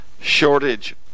shortage